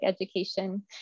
education